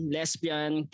Lesbian